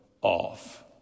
off